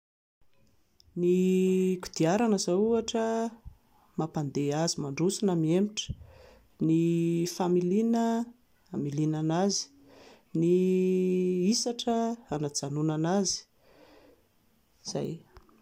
Ny kodiarana izao ohatra mampandeha azy mandroso na miemotra, ny familiana hamiliana an'azy, ny isatra hanajanonana azy, izay